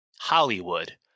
Hollywood